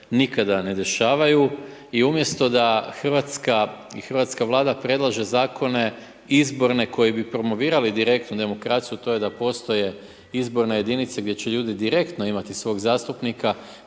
nikada ne dešavaju. I umjesto da Hrvatska i hrvatska vlada predlaže zakone, izborne koji bi promovirali direktnu demokraciju, to je da postoje izborne jedinice, gdje će ljudi direktno imati svog zastupnika